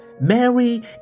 Mary